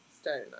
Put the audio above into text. stone